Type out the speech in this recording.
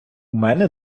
мене